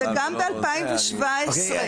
וגם ב-2017.